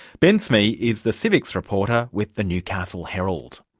ben smee is the civics reporter with the newcastle herald.